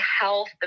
health